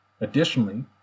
Additionally